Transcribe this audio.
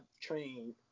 trained